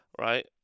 right